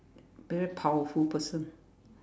very powerful person